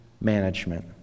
management